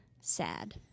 SAD